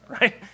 Right